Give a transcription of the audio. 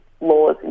laws